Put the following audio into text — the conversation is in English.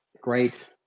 Great